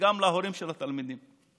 וגם להורים של התלמידים.